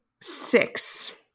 six